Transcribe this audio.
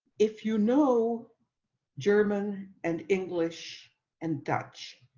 if you know german and english and dutch,